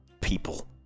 people